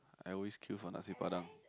I always queue for nasi-padang